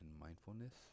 mindfulness